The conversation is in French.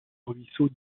ruisseau